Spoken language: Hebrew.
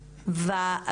אזברגה,